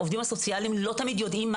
העובדים הסוציאליים לא תמיד יודעים מה